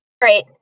Great